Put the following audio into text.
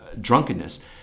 drunkenness